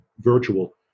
virtual